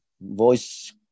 voice